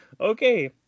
Okay